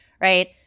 right